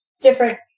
different